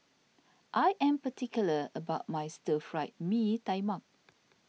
I am particular about my Stir Fried Mee Tai Mak